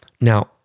Now